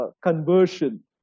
conversion